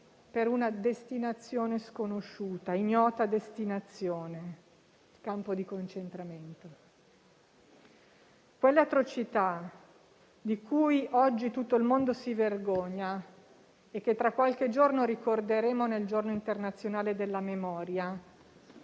per una destinazione sconosciuta, ignota, il campo di concentramento. Quelle atrocità, di cui oggi tutto il mondo si vergogna e che tra qualche giorno ricorderemo nel Giorno internazionale della memoria,